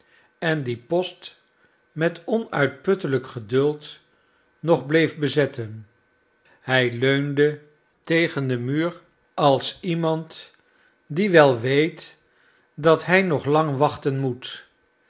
en dien post met onuitputtelijk geduld nog bleef bezetten hij leunde tegen den muur als iemand die wel weet dat hij nog lang wachten moet